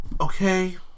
okay